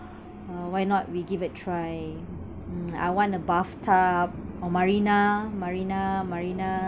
uh why not we give a try mm I want a bathtub or marina marina marina